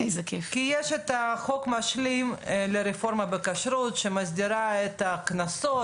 יש את החוק המשלים לרפורמה בכשרות שמסדיר את הקנסות